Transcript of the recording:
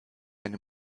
eine